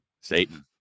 satan